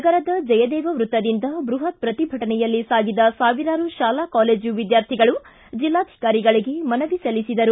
ನಗರದ ಜಯದೇವ ವೃತ್ತದಿಂದ ಬೃಹತ್ ಪ್ರತಿಭಟನೆಯಲ್ಲಿ ಸಾಗಿದ ಸಾವಿರಾರು ಶಾಲಾ ಕಾಲೇಜು ವಿದ್ಯಾರ್ಥಿಗಳು ಜೆಲ್ಲಾಧಿಕಾರಿಗಳಿಗೆ ಮನವಿ ಸಲ್ಲಿಸಿದರು